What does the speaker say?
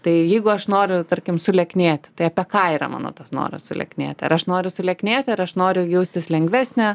tai jeigu aš noriu tarkim sulieknėti tai apie ką yra mano tas noras sulieknėti ar aš noriu sulieknėti ar aš noriu jaustis lengvesnė